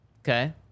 Okay